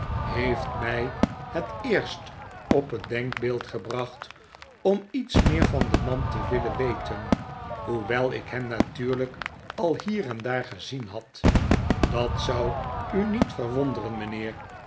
heeft mij het eerst op het denkbeeld gebracht om iets meer van den man te willen weten hoewel ik hem natuurlijk al hier en daar gezien had dat zou u niet verwonderen mijnheer